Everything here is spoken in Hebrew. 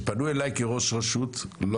ברור לי שאני